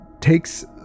takes